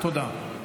תודה.